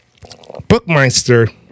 Bookmeister